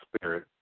spirit